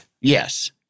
Yes